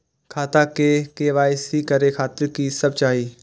खाता के के.वाई.सी करे खातिर की सब चाही?